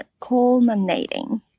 Culminating